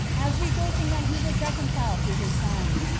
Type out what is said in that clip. as rejoicing that he was reconciled to his sons,